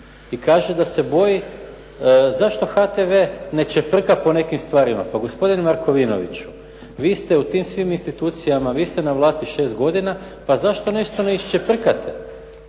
i kaže se da se boji zašto HTV ne čeprka po nekim stvarima. Gospodine Markovinoviću, vi ste u tim svim institucijama, vi ste na vlasti 6 godina pa zašto nešto ne iščeprkate